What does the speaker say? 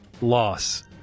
loss